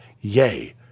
Yay